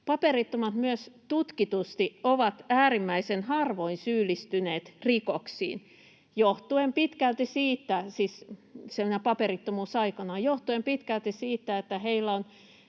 Paperittomat myös tutkitusti ovat äärimmäisen harvoin syyllistyneet rikoksiin paperittomuusaikanaan johtuen pitkälti siitä, että heillä on